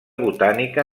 botànica